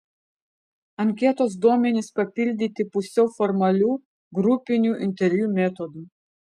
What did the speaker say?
anketos duomenys papildyti pusiau formalių grupinių interviu metodu